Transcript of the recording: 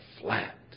flat